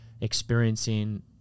experiencing